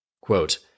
Quote